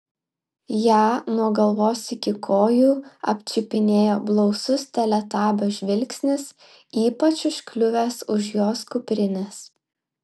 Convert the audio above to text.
ją nuo galvos iki kojų apčiupinėjo blausus teletabio žvilgsnis ypač užkliuvęs už jos kuprinės